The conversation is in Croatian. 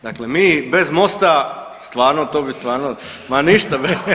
Dakle, mi bez MOST-a stvarno, to bi stvarno, ma ništa.